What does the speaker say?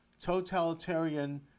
totalitarian